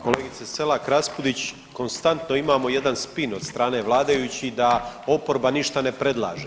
Kolegice Selak Raspudić konstantno imamo jedan spam od strane vladajućih da oporba ništa ne predlaže.